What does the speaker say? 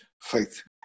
faith